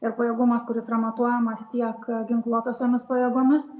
ir pajėgumas kuris yra matuojamas tiek ginkluotosiomis pajėgomis